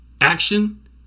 action